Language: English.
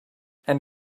and